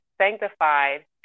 sanctified